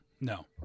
No